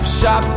shop